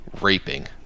raping